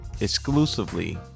exclusively